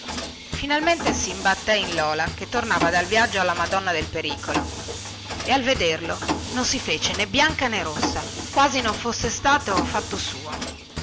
finalmente simbattè in lola che tornava dal viaggio alla madonna del pericolo e al vederlo non si fece nè bianca nè rossa quasi non fosse stato fatto suo